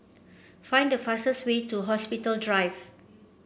find the fastest way to Hospital Drive